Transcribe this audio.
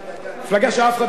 מפלגה שאף אחד,